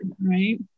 right